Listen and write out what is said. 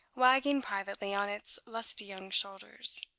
wagging privately on its lusty young shoulders,